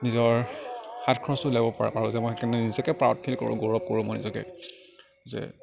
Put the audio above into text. নিজৰ হাত খৰচ উলিয়াব পাৰোঁ পাৰোঁ যে মই সেইকাৰণে নিজকে প্ৰাউড ফীল কৰোঁ গৌৰৱ কৰোঁ মই নিজকে যে